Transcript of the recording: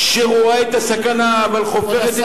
שרואה את הסכנה אבל חופרת,